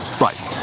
right